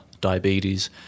diabetes